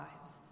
lives